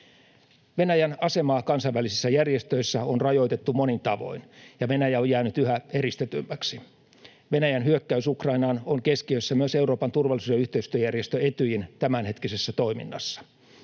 Venäjän asemaa kansainvälisissä järjestöissä on rajoitettu monin tavoin, ja Venäjä on jäänyt yhä eristetymmäksi. Venäjän hyökkäys Ukrainaan on keskiössä myös Euroopan turvallisuus- ja yhteistyöjärjestö Etyjin tämänhetkisessä toiminnassa.